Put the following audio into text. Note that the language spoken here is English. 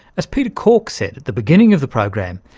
as peter corke said at the beginning of the program,